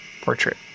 portrait